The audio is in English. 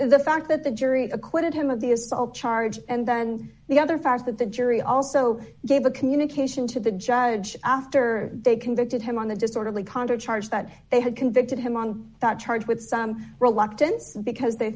s the fact that the jury acquitted him of the assault charge and then the other fact that the jury also gave the communication to the judge after they convicted him on the disorderly conduct charge that they had convicted him on that charge with some reluctance because they